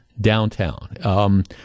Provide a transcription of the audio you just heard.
downtown